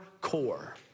core